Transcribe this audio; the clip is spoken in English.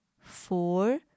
four